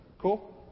Cool